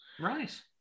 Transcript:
Right